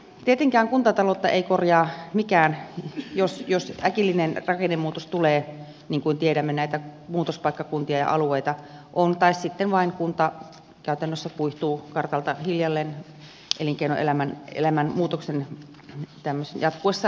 tietenkään kuntataloutta ei korjaa mikään jos äkillinen rakennemuutos tulee niin kuin tiedämme näitä muutospaikkakuntia ja alueita on tai sitten vain kunta käytännössä kuihtuu kartalta hiljalleen elinkeinoelämän muutoksen ollessa pysyvä